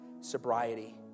sobriety